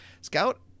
scout